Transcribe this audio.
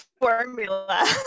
formula